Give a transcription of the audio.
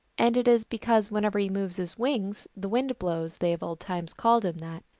and it is because whenever he moves his wings the wind blows they of old times called him that.